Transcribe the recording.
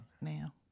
now